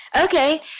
Okay